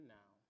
now